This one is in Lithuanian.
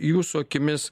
jūsų akimis